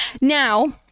now